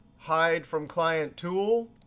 hide from client tool.